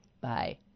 Bye